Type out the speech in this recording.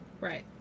right